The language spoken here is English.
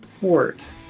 port